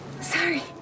Sorry